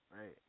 Right